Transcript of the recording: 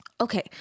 okay